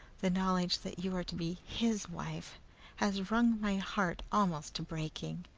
the knowledge that you are to be his wife has wrung my heart almost to breaking!